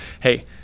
hey